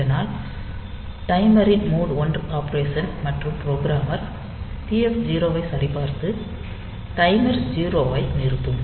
இதனால் டைமரின் mode 1 operation மற்றும் புரோகிராமர் TF0 ஐ சரிபார்த்து டைமர் 0 ஐ நிறுத்தும்